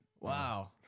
wow